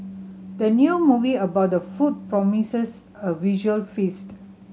the new movie about the food promises a visual feast